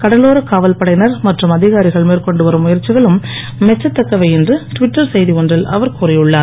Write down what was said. கடலோரக்காவல் படையினர் மற்றும் அதிகாரிகள் மேற்கொண்டு வரும் முயற்சிகளும் மெச்சத்தக்கவை என்று ட்விட்டர் செய்தி ஒன்றில் அவர் கூறியுள்ளார்